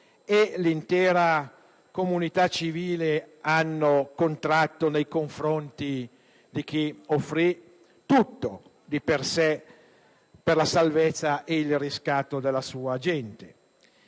e l'intera comunità civile hanno contratto nei confronti di chi offrì tutto di sé per la salvezza e il riscatto della propria gente.